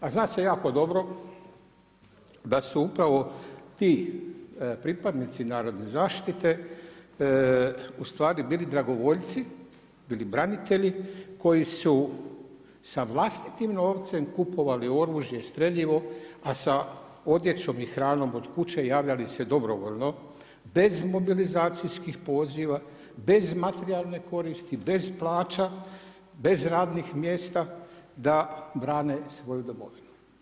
A zna se jako dobro da su upravo ti pripadnici narodne zaštite ustvari bili dragovoljci, bili branitelji, koji su sa vlastitim novcem kupovali oružje, streljivo, a sa odjećom i hranom od kuće javljali se dobrovoljno, bez mobilizacijskih poziva, bez materijalne koristi, bez plaća, bez radnih mjesta da brane svoju domovinu.